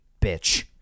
bitch